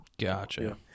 Gotcha